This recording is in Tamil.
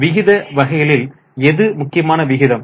விகித வகைகளில் எது முக்கியமான விகிதம்